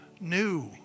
new